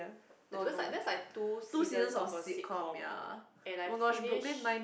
no that's like that's like two seasons of a sitcom and I finished